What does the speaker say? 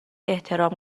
احترام